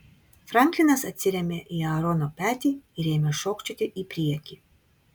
franklinas atsirėmė į aarono petį ir ėmė šokčioti į priekį